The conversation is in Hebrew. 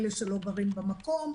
אלה שלא גרים במקום,